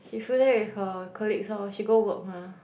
she flew there with her colleagues loh she go work mah